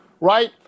Right